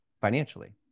financially